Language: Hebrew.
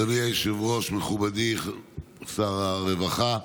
אדוני היושב-ראש, מכובדי שר הרווחה,